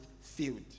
field